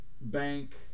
bank